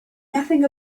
nothing